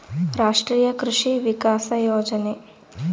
ರಾಷ್ಟ್ರೀಯ ಕೃಷಿ ವಿಕಾಸ ಯೋಜನೆ